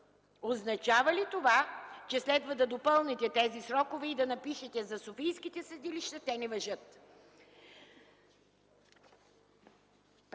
Означава ли това, че следва да допълните тези срокове и да напишете: „за софийските съдилища те не важат”!